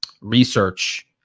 research